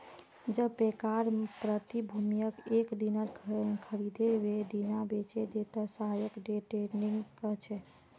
जब पैकार प्रतिभूतियक एक दिनत खरीदे वेय दिना बेचे दे त यहाक डे ट्रेडिंग कह छे